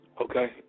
Okay